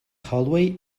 hallway